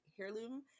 heirloom